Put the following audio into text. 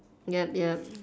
ya ya